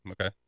okay